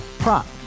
Prop